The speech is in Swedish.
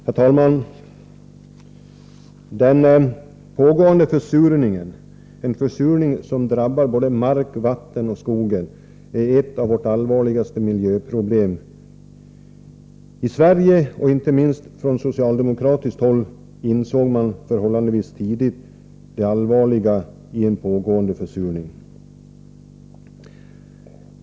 Herr talman! Den pågående försurningen, som drabbar både mark, vatten och skog, är ett av våra allvarligaste miljöproblem. I Sverige, inte minst från socialdemokratiskt håll, insåg man förhållandevis tidigt det allvarliga i en pågående försurning.